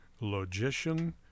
logician